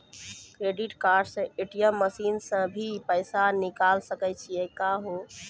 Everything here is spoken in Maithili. क्रेडिट कार्ड से ए.टी.एम मसीन से भी पैसा निकल सकै छि का हो?